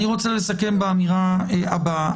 אני רוצה לסכם באמירה הבאה,